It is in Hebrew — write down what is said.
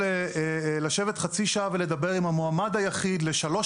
לשבת חצי שעה ולדבר עם המועמד היחיד לשלוש